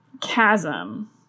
chasm